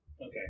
Okay